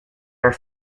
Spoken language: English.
are